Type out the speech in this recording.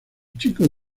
chicos